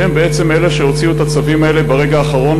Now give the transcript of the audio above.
שהם בעצם אלה שהוציאו את הצווים האלה ברגע האחרון,